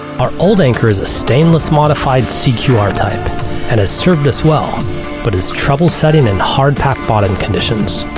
our old anchor is a stainless modified cqr type and has served as well but has trouble setting in hard packed bottom conditions.